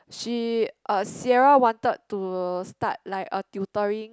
she uh Sierra wanted to start like a tutoring